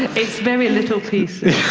it's very little pieces.